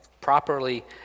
Properly